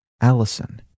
Allison